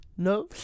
No